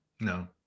no